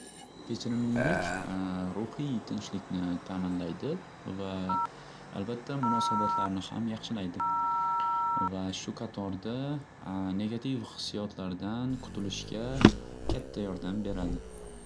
Kechirimlilik ruhiy tinchlikni ta'minlaydi va albatta munosabatlarni ham yaxshilaydi va shu qatorda negativ hissiyotlardan qutilishga katta yordam beradi.